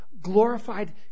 glorified